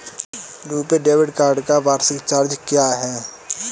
RuPay debit card का वार्षिक charge क्या है?